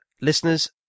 listeners